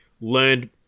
learned